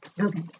Okay